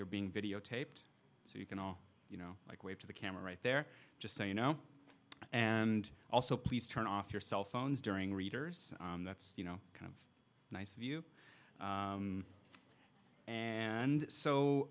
you're being videotaped so you can all you know like wave to the camera right there just say you know and also please turn off your cell phones during readers that's you know kind of nice of you and so